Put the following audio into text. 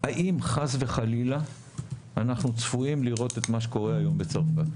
האם חס וחלילה אנחנו צפויים לראות את מה שקורה היום בצרפת?